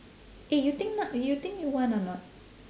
eh you think nak you think you want or not